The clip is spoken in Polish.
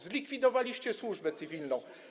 Zlikwidowaliście służbę cywilną.